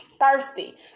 thirsty